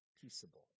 Peaceable